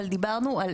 אבל דיברנו על,